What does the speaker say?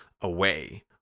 away